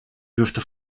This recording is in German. dürfte